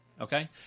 Okay